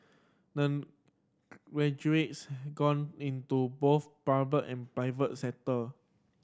the graduates have gone into both public and private sector